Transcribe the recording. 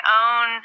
own